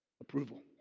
approval